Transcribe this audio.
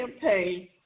campaign